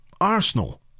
arsenal